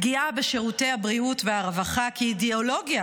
פגיעה בשירותי הבריאות והרווחה כאידיאולוגיה,